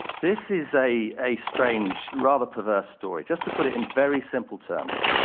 this is a a strange, rather perverse, story, just to put it in very simple terms.